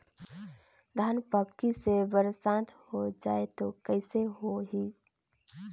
धान पक्की से बरसात हो जाय तो कइसे हो ही?